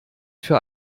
für